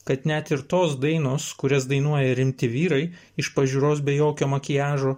kad net ir tos dainos kurias dainuoja rimti vyrai iš pažiūros be jokio makiažo